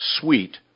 sweet